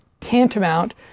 tantamount